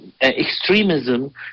extremism